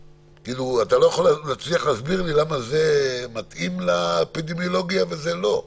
אתה לא יכול להצליח לסביר לי למה זה מתאים לאפידמיולוגיה וזה לא.